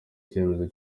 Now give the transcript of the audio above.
icyemezo